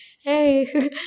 hey